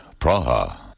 Praha